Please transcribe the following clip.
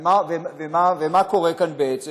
ומה קורה כאן בעצם?